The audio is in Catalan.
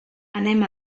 anem